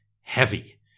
heavy